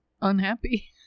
unhappy